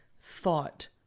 thought